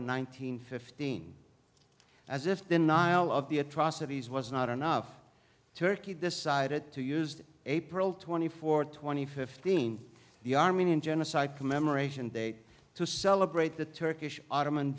hundred fifteen as if denial of the atrocities was not enough turkey decided to used april twenty fourth twenty fifteen the armenian genocide commemoration day to celebrate the turkish ottoman